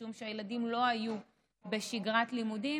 משום שהילדים לא היו בשגרת לימודים,